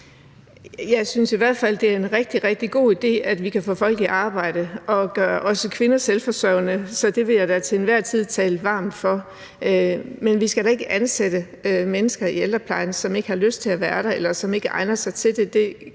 synes i hvert fald, at det er en rigtig, rigtig god idé, der gør, at vi kan få folk i arbejde og gøre også kvinder selvforsørgende. Så det vil jeg da til enhver tid tale varmt for. Men vi skal da ikke ansætte mennesker i ældreplejen, som ikke fra har lyst til at være der, eller som ikke egner sig til det.